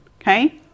Okay